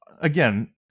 again